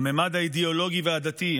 הממד האידיאולוגי והדתי.